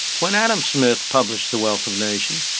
when adam smith published the wealth of nations,